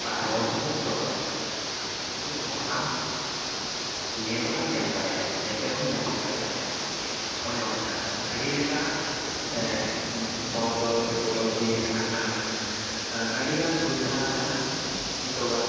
ᱦᱚᱲᱟᱜ ᱨᱚᱲ ᱥᱩᱢᱩᱝ ᱫᱚ ᱵᱟᱝᱟ ᱩᱱᱤ ᱦᱚᱲ ᱟᱢ ᱧᱮᱞᱦᱚᱢ ᱧᱮᱞ ᱫᱟᱲᱮᱭᱟᱭᱟ ᱧᱮᱯᱮᱞᱦᱚᱢ ᱧᱮᱯᱮᱞ ᱫᱟᱲᱮᱭᱟᱭᱟ ᱚᱱᱮ ᱚᱱᱠᱟ ᱟᱹᱰᱤ ᱞᱮᱠᱟᱱᱟᱜ ᱵᱚᱱᱚᱫᱚᱞ ᱥᱮ ᱵᱚᱫᱚᱞ ᱦᱩᱭ ᱟᱠᱟᱱᱟ ᱟᱨ ᱟᱹᱰᱤᱜᱟᱱ ᱥᱩᱵᱤᱫᱷᱟ ᱟᱠᱟᱱᱟ ᱱᱤᱛᱚᱜᱟᱜ